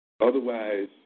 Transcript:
Otherwise